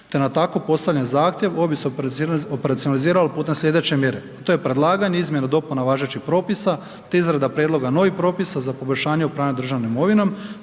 te na tako postavljen zahtjev ovo bi se operacionaliziralo putem sljedeće mjere a to je predlaganje izmjene i dopuna važećeg propisa te izrada prijedloga novih propisa za poboljšanje upravljanja državnom imovinom